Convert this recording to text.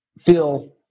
feel